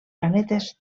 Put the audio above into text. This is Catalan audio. planetes